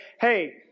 hey